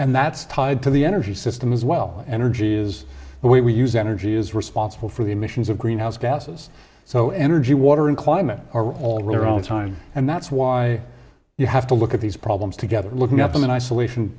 and that's tied to the energy system as well energy is the way we use energy is responsible for the emissions of greenhouse gases so energy water and climate are all really around the time and that's why you have to look at these problems together looking at them in isolation